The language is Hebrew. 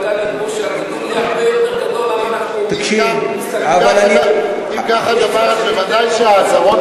הרווחה הדמוקרטית שממנה אנחנו נהנים בבמה הזאת כדי להגיד שהחוק הזה הוא,